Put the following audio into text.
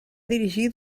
dirigir